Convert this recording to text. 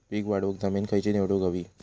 पीक वाढवूक जमीन खैची निवडुक हवी?